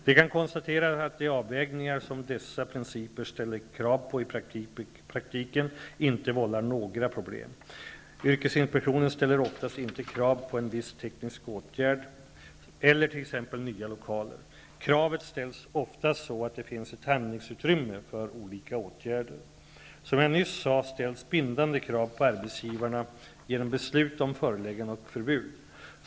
Det kan konstateras att de avvägningar som dessa principer ställer krav på i praktiken inte vållar några problem. Yrkesinspektionen ställer oftast inte krav på en viss teknisk åtgärd eller t.ex. nya lokaler. Kravet ställs oftast så att det finns ett handlingsutrymme för olika åtgärder. Som jag nyss sade ställs bindande krav på arbetsgivarna genom beslut om föreläggande och förbud.